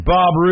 Bob